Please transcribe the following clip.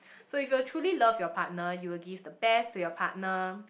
so if you truly love your partner you will give the best to your partner